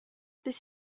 this